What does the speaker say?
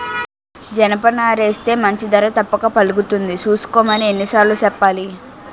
జనపనారేస్తే మంచి ధర తప్పక పలుకుతుంది సూసుకోమని ఎన్ని సార్లు సెప్పాలి?